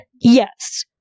Yes